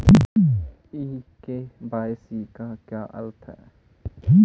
ई KYC का क्या अर्थ होता है?